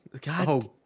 god